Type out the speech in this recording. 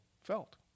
felt